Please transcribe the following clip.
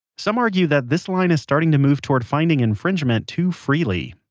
some argue that this line is starting to move toward finding infringement too freely.